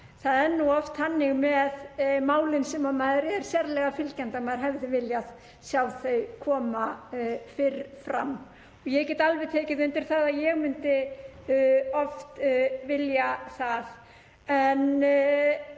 Það er nú oft þannig með málin sem maður er sérlega fylgjandi að maður hefði viljað sjá þau koma fyrr fram og ég get alveg tekið undir það að ég myndi oft vilja það.